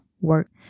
work